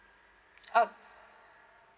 uh